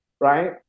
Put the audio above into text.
right